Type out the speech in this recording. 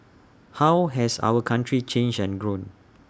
how has our country changed and grown